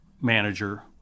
manager